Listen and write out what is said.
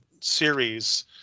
series